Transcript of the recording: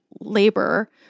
labor